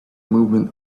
movement